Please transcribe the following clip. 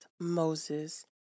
Moses